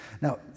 Now